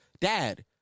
dad